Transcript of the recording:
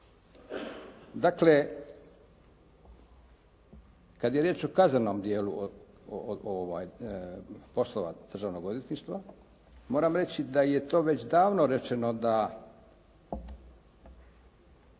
Dakle, kad je riječ o kaznenom dijelu poslova Državnog odvjetništva, moram reći da je to već davno rečeno da